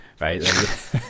Right